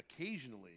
occasionally